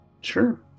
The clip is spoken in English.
Sure